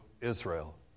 Israel